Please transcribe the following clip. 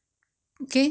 or